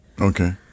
Okay